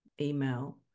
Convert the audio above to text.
email